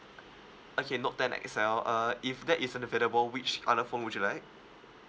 okay note ten X_L uh if that isn't available which other phone would you like